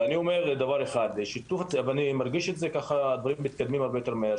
אבל אני אומר דבר אחד ואני מרגיש ככה שהדברים מתקדמים הרבה יותר מהר,